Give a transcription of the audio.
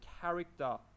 character